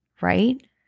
right